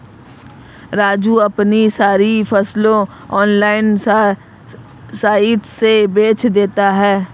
राजू अपनी सारी फसलें ऑनलाइन साइट से बेंच देता हैं